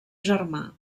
germà